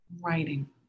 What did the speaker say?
Writing